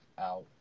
out